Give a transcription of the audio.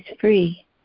free